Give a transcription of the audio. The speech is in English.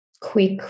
quick